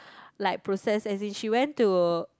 like process as in she went to